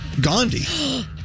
Gandhi